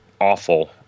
awful